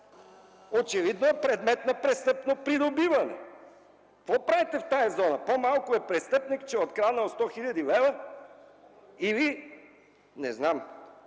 очевидно е предмет на престъпно придобиване? Какво правите в тази зона – по малко е престъпник, че е откраднал 100 хил. лв. или ... Не знам!?